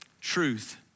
Truth